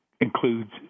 Includes